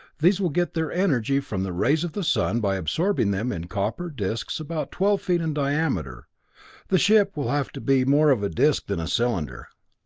these will get their energy from the rays of the sun by absorbing them in copper discs about twelve feet in diameter the ship will have to be more of a disc than a cylinder.